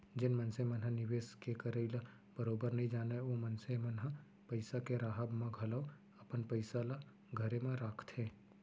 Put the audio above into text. जेन मनसे मन ह निवेस के करई ल बरोबर नइ जानय ओ मनसे मन ह पइसा के राहब म घलौ अपन पइसा ल घरे म राखथे